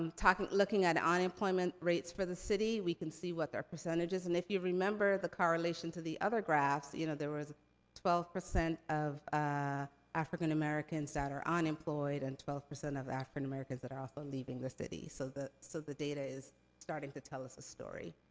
um looking at unemployment rates for the city, we can see what their percentage is. and if you remember the correlation to the other graphs, you know, there was twelve percent of ah african-americans that are unemployed, and twelve percent of african-americans that are also leaving the city. so, the so the data is starting to tell us a story.